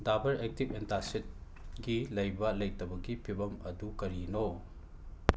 Dabur active ꯑꯦꯟꯇꯥꯁꯤꯠꯀꯤ ꯂꯩꯕ ꯂꯩꯇꯕꯒꯤ ꯐꯤꯚꯝ ꯑꯗꯨ ꯀꯔꯤꯅꯣ